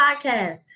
Podcast